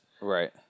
Right